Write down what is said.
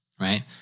right